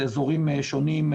אזורים שונים,